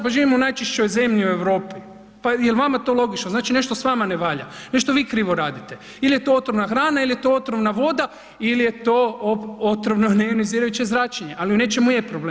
Pa živimo u najčišćoj zemlji u Europi, pa jel vama to logično, znači nešto s vama ne valja, nešto vi krivo radite ili je to otrovna hrana ili je to otrovna voda ili je to otrovno neionizirajuće zračenje, ali u nečemu je problem.